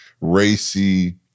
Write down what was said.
racy